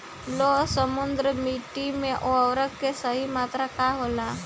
लौह समृद्ध मिट्टी में उर्वरक के सही मात्रा का होला?